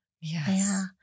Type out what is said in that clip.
Yes